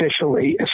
officially